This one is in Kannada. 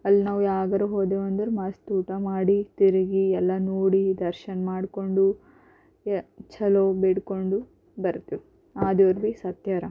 ಅಲ್ಲಿ ನಾವು ಯಾವ್ಗಾರ ಹೋದೆವು ಅಂದರೆ ಮಸ್ತ್ ಊಟ ಮಾಡಿ ತಿರುಗಿ ಎಲ್ಲ ನೋಡಿ ದರ್ಶನ ಮಾಡಿಕೊಂಡು ಚಲೋಗ್ ಬೇಡಿಕೊಂಡು ಬರ್ತೇವೆ ಆದ್ರು ಭೀ ಸತ್ಯಾರ